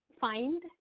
find